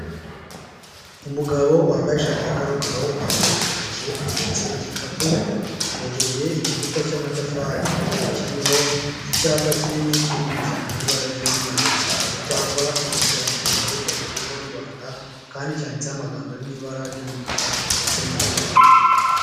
Umugabo wambaye ishati ya karokaro, ipantaro ya kacye, ahetse igikapu yegereye igikuta cy'amatafari, kiriho icyapa kinini kiririmo impuzangano y'ibara ry'umweru, icyo cyapa kiriho ikirangantego cya Repubulika y'u Rwanda kandi cyanditseho amagambo ari mu ibara ry'umukara ndetse n'ubururu.